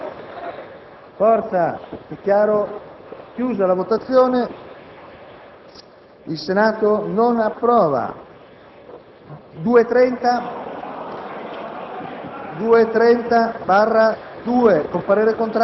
**Il Senato non approva.**